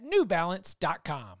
newbalance.com